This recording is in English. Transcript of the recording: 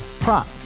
Prop